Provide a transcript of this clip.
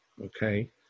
Okay